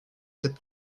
cette